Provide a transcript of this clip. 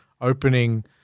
opening